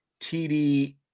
TD